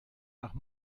nach